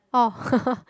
orh